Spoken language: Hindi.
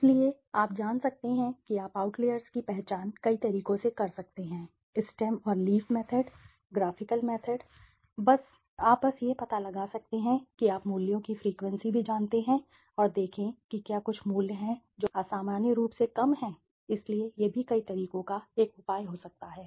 इसलिए आप जान सकते हैं कि आप आउटलेर्सर की पहचान कई तरीकों से कर सकते हैं स्टेम और लीफ मेथड ग्राफिकल मेथड है आप बस यह पता लगा सकते हैं कि आप मूल्यों की फ्रीक्वेंसी भी जानते हैं और देखें कि क्या कुछ मूल्य है जो असामान्य रूप से अधिक है असामान्य रूप से कम है इसलिए यह भी कई तरीकों का एक उपाय हो सकता है